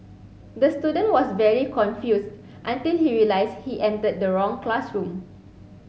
the student was very confused until he realised he entered the wrong classroom